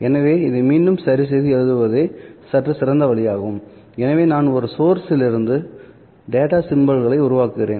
எனவே இதை மீண்டும் சரி செய்து எழுதுவதே சற்று சிறந்த வழியாகும் எனவே நான் ஒரு சோர்ஸ் இல் இருந்து டேட்டா சிம்பல்களை உருவாக்குகிறேன்